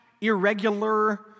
irregular